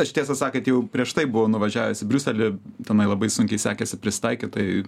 aš tiesą sakant jau prieš tai buvau nuvažiavęs į briuselį tenai labai sunkiai sekėsi prisitaikyt tai